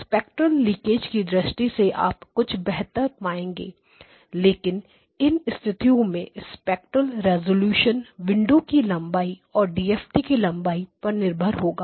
spectral leakage की दृष्टि से आप कुछ बेहतर पाएंगे लेकिन इन स्थितियों में स्पेक्ट्रेल रेजोल्यूशन विंडो की लंबाई और DFT की लंबाई पर भी निर्भर होगा